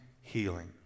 healing